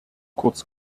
kurz